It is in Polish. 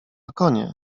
konie